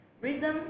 Rhythm